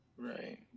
Right